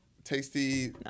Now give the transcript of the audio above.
Tasty